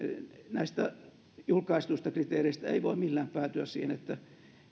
näistä julkaistuista kriteereistä ei voi millään päätyä siihen että